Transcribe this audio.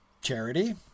charity